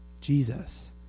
Jesus